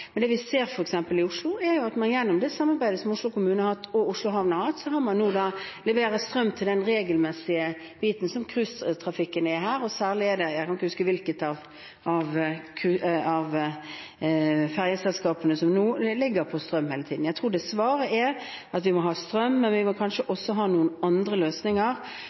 Det vi f.eks. ser i Oslo, er at man gjennom det samarbeidet Oslo kommune og Oslo Havn har hatt, nå leverer strøm til den regelmessige biten som cruisetrafikken er her. Særlig er det ett av fergeselskapene, jeg husker ikke hvilket, der fergene nå går på strøm hele tiden. Jeg tror svaret er at vi må ha strøm, men vi må kanskje også ha noen andre løsninger,